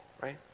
right